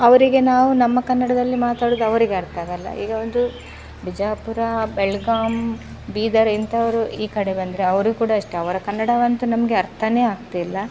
ಅವರಿಗೆ ನಾವು ನಮ್ಮ ಕನ್ನಡದಲ್ಲಿ ಮಾತಾಡೋದು ಅವರಿಗೆ ಅರ್ಥ ಆಗಲ್ಲ ಈಗ ಒಂದು ಬಿಜಾಪುರ ಬೆಳಗಾಮ್ ಬೀದರ್ ಇಂಥವರು ಈ ಕಡೆ ಬಂದರೆ ಅವರು ಕೂಡ ಅಷ್ಟೇ ಅವರ ಕನ್ನಡವಂತೂ ನಮಗೆ ಅರ್ಥನೇ ಆಗ್ತಿಲ್ಲ